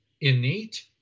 innate